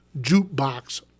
jukebox